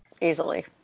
Easily